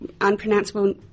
unpronounceable